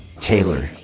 Taylor